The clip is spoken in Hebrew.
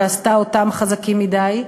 ועשתה אותם חזקים מדי,